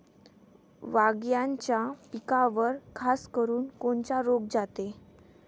वांग्याच्या पिकावर खासकरुन कोनचा रोग जाते?